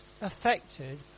affected